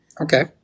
Okay